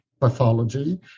pathology